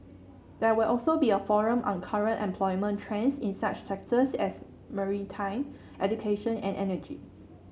there will also be a forum on current employment trends in such sectors as maritime education and energy